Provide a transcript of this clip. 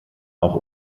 auch